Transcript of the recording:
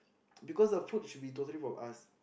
because the food should be totally from us